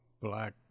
black